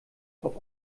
auf